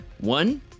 One